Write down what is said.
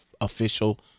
official